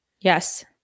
Yes